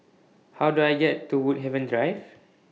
How Do I get to Woodhaven Drive